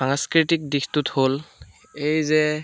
সাংস্কৃতিক দিশটোত হ'ল এই যে